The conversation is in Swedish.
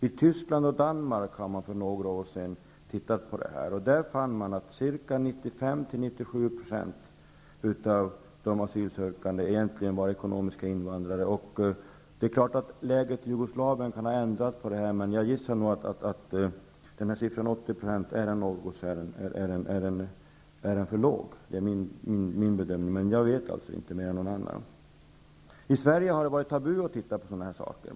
I Tyskland och Danmark tittade man för några år sedan på det här, och man fann att 95--97 % av de asylsökande egentligen var ekonomiska invandrare. Läget i Jugoslavien kan ha ändrat på det. Jag bedömer att 80 % är en för låg andel -- men jag vet inte mer än någon annan. I Sverige har det varit tabu att titta på sådana här saker.